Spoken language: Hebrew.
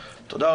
תודה.